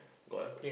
got